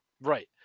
Right